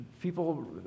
People